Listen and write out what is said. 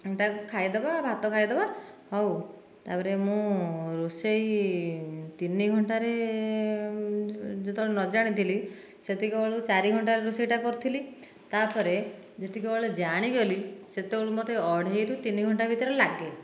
ଟାକୁ ଖାଇଦେବା ଭାତ ଖାଇଦେବା ହେଉ ତାପରେ ମୁଁ ରୋଷେଇ ତିନି ଘଣ୍ଟାରେ ଯେତେବେଳେ ନ ଜାଣିଥିଲି ସେତିକିବଳୁ ଚାରି ଘଣ୍ଟାର ରୋଷେଇଟାକୁ କରିଥିଲି ତାପରେ ଯେତିକିବେଳେ ଜାଣିଗଲି ସେତେବେଳେ ମୋତେ ଅଢ଼େଇରୁ ତିନି ଘଣ୍ଟା ଭିତରେ ଲାଗେ